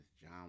John